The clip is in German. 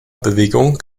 bewegung